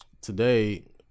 today